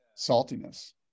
saltiness